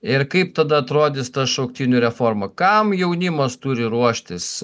ir kaip tada atrodys ta šauktinių reforma kam jaunimas turi ruoštis